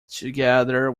together